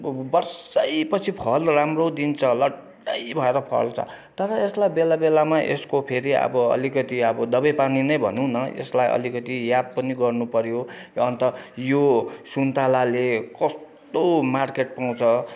वर्षै पछि फल राम्रो दिन्छ लट्टै भएर फल्छ तर यसलाई बेला बेलामा यसको फेरि अब अलिकति अब दबाई पानी नै भनौँ न यसलाई अलिकति याद पनि गर्नु पर्यो अन्त यो सुन्तलाले कस्तो मार्केट पाउँछ